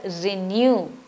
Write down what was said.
renew